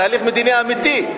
תהליך מדיני אמיתי,